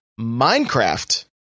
Minecraft